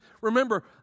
Remember